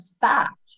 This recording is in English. fact